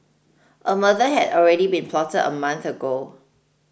a murder had already been plotted a month ago